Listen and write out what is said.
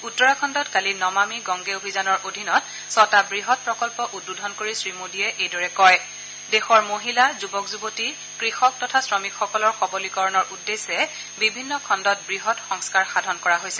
উত্তৰাখণ্ডত কালি নমামিগংগে অভিযানৰ অধীনত ছটা বৃহৎ প্ৰকল্প উদ্বোধন কৰি শ্ৰীমোদীয়ে এইকৰে কয় দেশৰ মহিলা যুৱক যুৱতী কৃষক তথা শ্ৰমিকসকলৰ সবলীকৰণৰ উদ্দেশ্যে বিভিন্ন খণ্ডত বৃহৎ সংস্কাৰৰ সাধন কৰা হৈছে